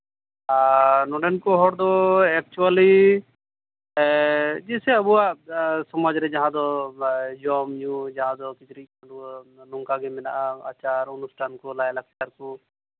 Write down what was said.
ᱟᱨ ᱱᱚᱸᱰᱮᱱ ᱠᱚ ᱦᱚᱲᱫᱚ ᱮᱠᱪᱩᱞᱤ ᱡᱮᱭᱥᱮ ᱟᱵᱚᱣᱟᱜ ᱥᱚᱢᱟᱡᱽ ᱨᱮ ᱡᱟᱦᱟᱸ ᱫᱚ ᱡᱚᱢ ᱧᱩ ᱡᱟᱦᱟᱸ ᱫᱚ ᱠᱤᱪᱨᱤᱡ ᱠᱷᱟᱺᱰᱩᱣᱟᱹᱜ ᱱᱚᱝᱠᱟᱜᱮ ᱢᱮᱱᱟᱜᱼᱟ ᱟᱪᱟᱨ ᱚᱱᱩᱥᱴᱷᱟᱱ ᱠᱚ ᱞᱟᱭᱼᱞᱟᱠᱪᱟᱨ ᱠᱚ